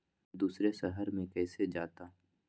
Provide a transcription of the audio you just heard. दूसरे शहर मे कैसे जाता?